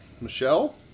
Michelle